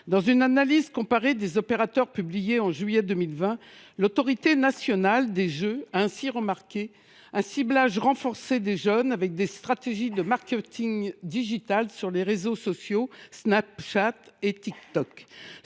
Dans une analyse comparée des opérateurs, publiée en juillet 2020, l’Autorité nationale des jeux (ANJ) a ainsi remarqué « un ciblage renforcé des jeunes avec des stratégies de marketing digital sur les réseaux sociaux Snapchat et TikTok